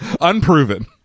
Unproven